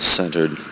centered